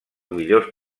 millors